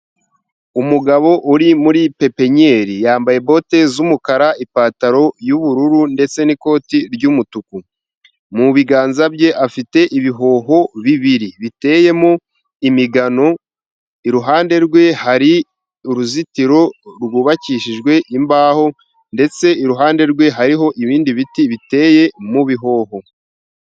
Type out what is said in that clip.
Umugabo uri muri pepeniyeri yambaye bote z'umukara, ipantaro y'ubururu ndetse n'ikoti ry'umutuku. Mu biganza bye afite ibihoho bibiri biteyemo imigano, iruhande rwe hari uruzitiro rw'ubakishijwe imbaho, ndetse iruhande rwe hariho ibindi biti biteye mu bihoho.